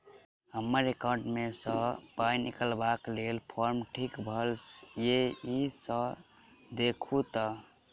हम्मर एकाउंट मे सऽ पाई निकालबाक लेल फार्म ठीक भरल येई सँ देखू तऽ?